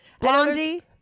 Blondie